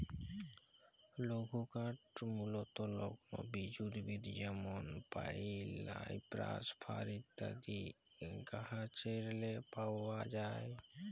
লঘুকাঠ মূলতঃ লগ্ল বিচ উদ্ভিদ যেমল পাইল, সাইপ্রাস, ফার ইত্যাদি গাহাচেরলে পাউয়া যায়